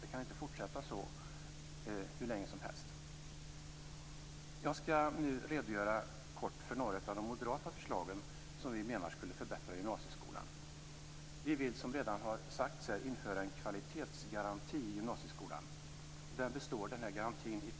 Det kan inte fortsätta som det är hur länge som helst. Jag skall nu kort redogöra för några av de moderata förslagen som vi menar skulle förbättra gymnasieskolan. Vi vill, som redan har sagts här, införa en kvalitetsgaranti i gymnasieskolan. Den garantin består av tre delar.